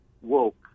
woke